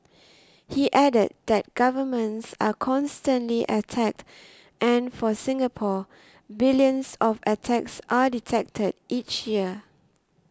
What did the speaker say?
he added that governments are constantly attacked and for Singapore billions of attacks are detected each year